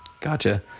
Gotcha